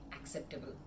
acceptable